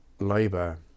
Labour